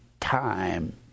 time